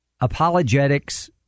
apologetics